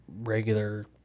regular